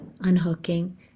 unhooking